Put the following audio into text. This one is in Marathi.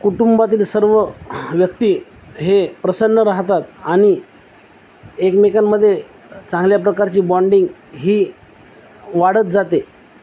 कुटुंबातील सर्व व्यक्ती हे प्रसन्न राहतात आणि एकमेकांमध्ये चांगल्या प्रकारची बॉँंडिंग ही वाढत जाते